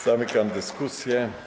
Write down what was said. Zamykam dyskusję.